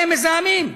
הם מזהמים.